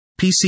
PC